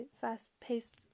fast-paced